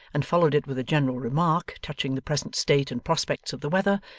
and followed it with a general remark touching the present state and prospects of the weather,